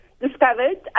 discovered